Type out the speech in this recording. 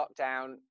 lockdown